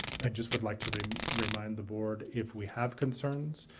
i just would like to remind remind the board if we have concerns